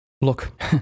Look